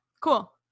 Cool